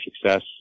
success